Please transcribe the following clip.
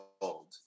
old